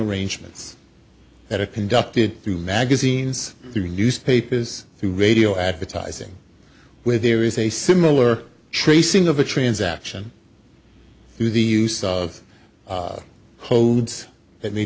arrangements that are conducted through magazines through newspapers through radio advertising where there is a similar tracing of a transaction through the use of hodes that may